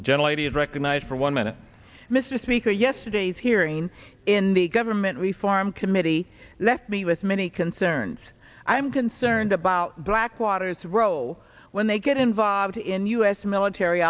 the gentle lady is recognized for one minute mr speaker yesterday's hearing in the government reform committee left me with many concerns i'm concerned about blackwater's role when they get involved in u s military